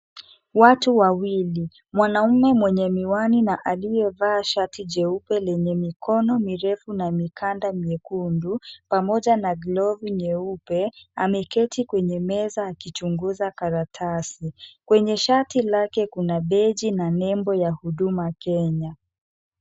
Watu wawili mwanamume mwenye miwani na aliyevaa shati jeupe lenye mikono mirefu na mikanda miekundu pamoja na glovu nyeupe, ameketi kwenye meza akichunguza karatasi. Kwenye shati lake kuna beji na nembo ya Huduma Kenya.